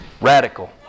radical